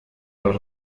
los